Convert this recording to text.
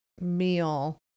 meal